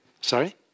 sorry